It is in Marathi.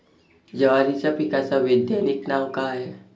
जवारीच्या पिकाचं वैधानिक नाव का हाये?